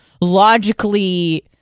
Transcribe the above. logically